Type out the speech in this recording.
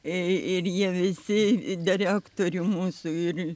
ir jie visi direktorė mūsų